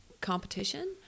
competition